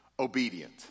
obedient